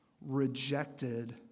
rejected